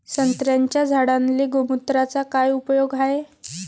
संत्र्याच्या झाडांले गोमूत्राचा काय उपयोग हाये?